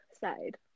side